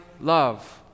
love